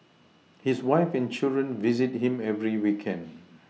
his wife and children visit him every weekend